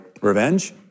revenge